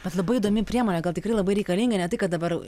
bet labai įdomi priemonė gal tikrai labai reikalinga ne tai kad dabar